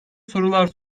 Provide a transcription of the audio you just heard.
sorular